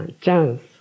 chance